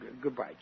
goodbye